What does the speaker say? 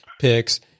picks